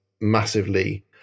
massively